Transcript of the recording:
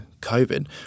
COVID